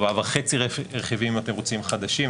ארבעה וחצי רכיבים אם אתם רוצים חדשים,